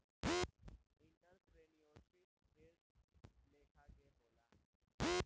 entrepreneurship ढेर लेखा के होला